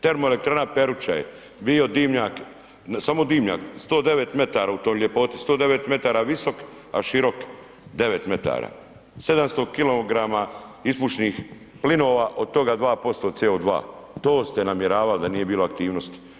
Termoelektrana Peruča je bio dimnjak, samo dimnjak 109 m u toj ljepoti, 109 m visok, a širok 9 m, 700 kg ispušnih plinova, od toga 2% CO2, to ste namjeravali da nije bilo aktivnosti.